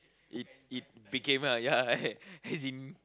it it became ah ya a~ as in